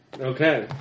Okay